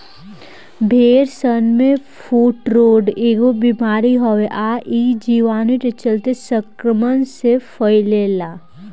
भेड़सन में फुट्रोट एगो बिमारी हवे आ इ जीवाणु के चलते संक्रमण से फइले ला